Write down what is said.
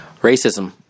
Racism